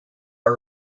are